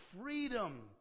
freedom